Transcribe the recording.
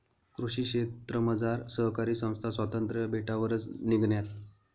कृषी क्षेत्रमझार सहकारी संस्था स्वातंत्र्य भेटावरच निंघण्यात